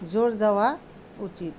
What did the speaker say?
জোর দেওয়া উচিত